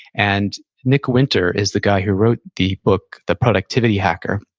and nick winter is the guy who wrote the book the productivity hacker,